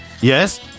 Yes